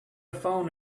phone